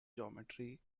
geometry